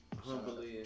Humbly